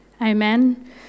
Amen